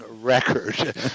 record